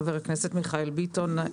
חבר הכנסת מיכאל ביטון,